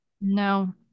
No